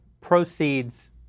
proceeds